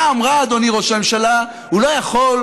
אמרנו לכם: